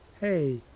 hey